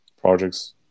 projects